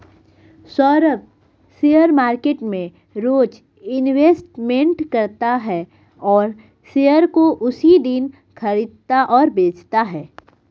Saurabh share market में रोज investment करता है और शेयर को उसी दिन खरीदता और बेचता है